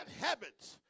habits